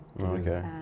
Okay